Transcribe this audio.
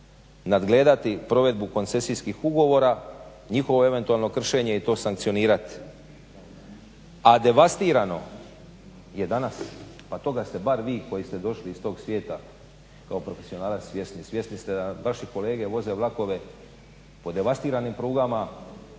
nadgledati provedbu koncesijskih ugovora, njihovo eventualno kršenje i to sankcionirati. A devastirano je danas, pa toga ste bar vi koji ste došli iz tog svijeta kao profesionalac svjesni, svjesni ste da vaši kolege voze vlakove po devastiranim prugama,